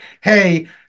hey